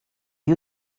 you